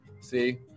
See